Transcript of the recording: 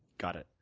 got it.